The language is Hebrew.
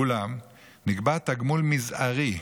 אולם נקבע תגמול מזערי,